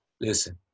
listen